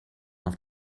off